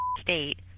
state